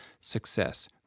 success